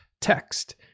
text